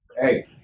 hey